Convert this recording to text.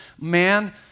Man